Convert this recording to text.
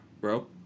bro